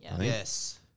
Yes